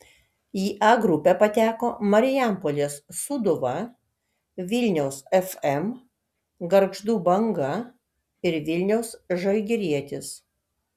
į a grupę pateko marijampolės sūduva vilniaus fm gargždų banga ir vilniaus žalgirietis